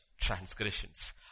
transgressions